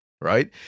right